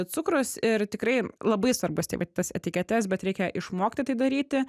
cukrus ir tikrai labai svarbus tai va tas etiketes bet reikia išmokti tai daryti